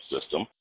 system